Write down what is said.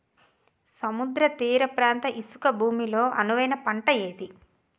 సముద్ర తీర ప్రాంత ఇసుక భూమి లో అనువైన పంట ఏది?